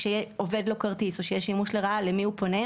כשאובד לו כרטיס או כשיש שימוש לרעה למי הוא פונה?